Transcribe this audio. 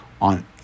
on